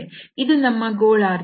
ಇದು ನಮ್ಮ ಗೋಳಾರ್ಧ ಇಲ್ಲಿ z0